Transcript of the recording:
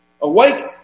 Awake